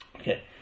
Okay